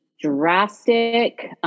drastic